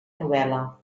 novel·la